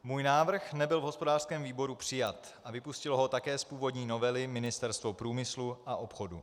Můj návrh nebyl v hospodářském výboru přijat a vypustilo ho také z původní novely Ministerstvo průmyslu a obchodu.